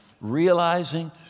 realizing